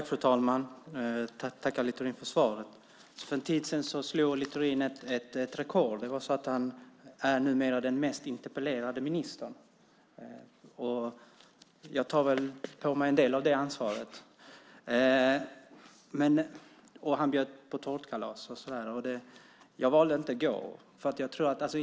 Fru talman! Jag tackar Littorin för svaret. För en tid sedan slog Littorin ett rekord. Han är numera den mest interpellerade ministern, och jag tar på mig en del av ansvaret för det. Han bjöd på tårtkalas, men jag valde att inte gå dit.